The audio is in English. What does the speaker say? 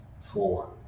four